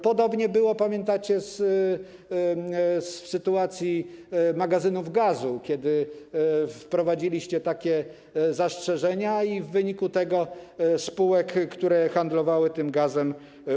Podobnie było, pamiętacie, w sytuacji magazynów gazu, kiedy wprowadziliście takie zastrzeżenia i w wyniku tego ubyło spółek, które handlowały gazem.